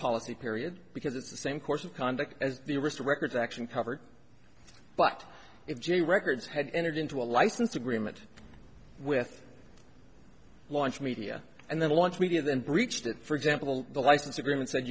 policy period because it's the same course of conduct as the arista records action covered but if jay records had entered into a license agreement with launch media and then launched media then breached it for example the license agreement